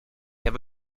have